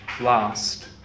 last